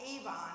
Avon